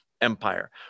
empire